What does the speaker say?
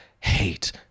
hate